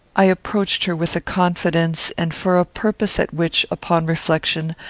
i approached her with a confidence and for a purpose at which, upon reflection,